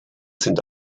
sind